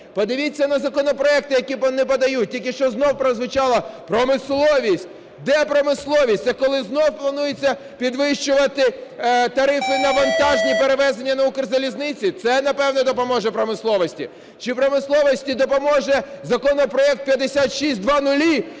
Подивіться на законопроекти, які вони подають. Тільки що знову прозвучало: промисловість. Де промисловість? Це коли знову планується підвищувати тарифи на вантажні перевезення на Укрзалізниці? Це, напевно, допоможе промисловості? Чи промисловості допоможе законопроект 5600,